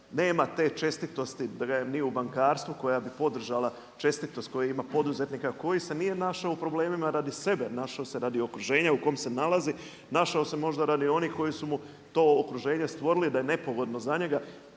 nema te čestitosti da ga je ni u bankarstvu koja bi podržala čestitost poduzetnika koji se nije našao u problemima radi sebe, našao se radi okruženja u kom se nalazi, našao se možda radi onih koji su mu to okruženje stvorili da je nepogodno za njega.